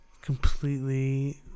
completely